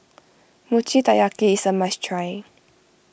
Mochi Taiyaki is a must try